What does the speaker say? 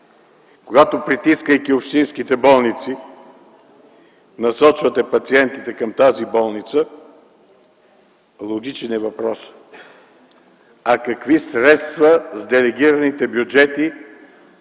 Когато, притискайки общинските болници, насочвате пациентите към тази болница, логичният въпрос е: какви средства, с делегираните бюджети